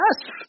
Yes